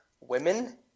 women